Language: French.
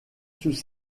sous